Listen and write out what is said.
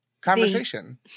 conversation